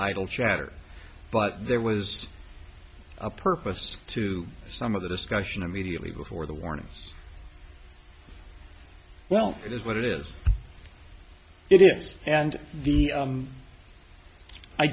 idle chatter but there was a purpose to some of the discussion immediately before the warnings well it is what it is it is and the